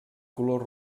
color